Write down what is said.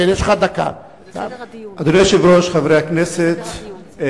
אדוני היושב-ראש, חברי הכנסת,